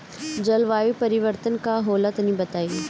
जलवायु परिवर्तन का होला तनी बताई?